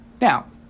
Now